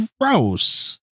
Gross